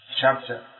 chapter